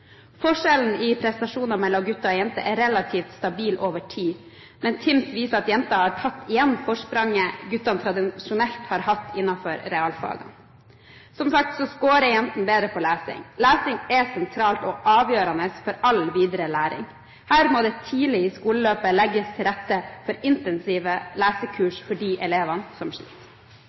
Forskjellen i prestasjoner mellom gutter og jenter er relativt stabil over tid, men TIMSS viser at jenter har tatt igjen forspranget guttene tradisjonelt har hatt innenfor realfagene. Som sagt scorer jentene bedre i lesing. Lesing er sentralt, og avgjørende for all videre læring. Her må det tidlig i skoleløpet legges til rette for intensive lesekurs for de elevene som sliter.